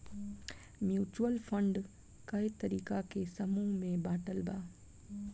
mutual fund कए तरीका के समूह में बाटल बा